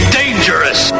dangerous